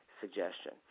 suggestion